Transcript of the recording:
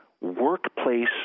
workplace